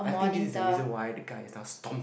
I think this is the reason why the guy is not stomp